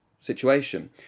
situation